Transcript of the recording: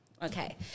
Okay